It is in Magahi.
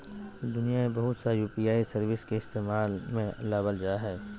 दुनिया में बहुत सा यू.पी.आई सर्विस के इस्तेमाल में लाबल जा हइ